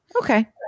Okay